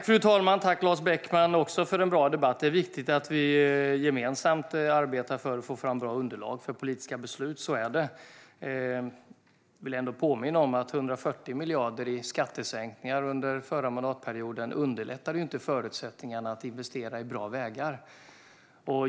Fru talman! Tack, Lars Beckman, för en bra debatt! Det är viktigt att vi gemensamt arbetar för att få fram bra underlag för politiska beslut. Jag vill ändå påminna om att 140 miljarder i skattesänkningar under förra mandatperioden inte underlättade förutsättningarna att investera i bra vägar.